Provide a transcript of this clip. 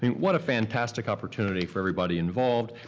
i mean what a fantastic opportunity for everybody involved.